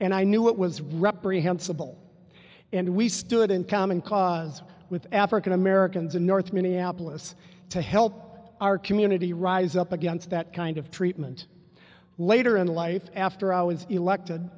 and i knew it was reprehensible and we stood in common cause with african americans in north minneapolis to help our community rise up against that kind of treatment later in life after i was elected